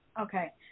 Okay